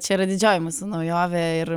čia yra didžioji mūsų naujovė ir